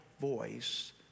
voice